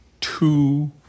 two